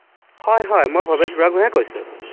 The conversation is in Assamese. হয় হয় মই ভৱেশ বুঢ়াগোহাঁয়ে কৈছোঁ